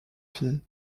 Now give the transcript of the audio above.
fille